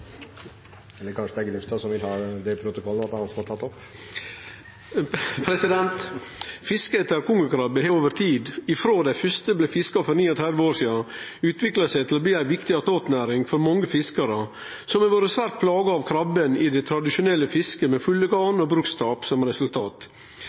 Fiske etter kongekrabbe har over tid, frå dei første blei fiska for 39 år sidan, utvikla seg til å bli ei viktig attåtnæring for mange fiskarar som har vore svært plaga av krabben i det tradisjonelle fisket, med fulle garn